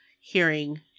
hearing